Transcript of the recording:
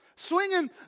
Swinging